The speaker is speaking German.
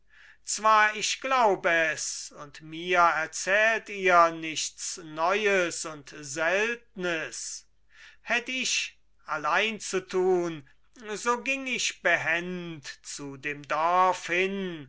zwar ich glaub es und mir erzählt ihr nichts neues und seltnes hätt ich allein zu tun so ging ich behend zu dem dorf hin